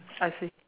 I see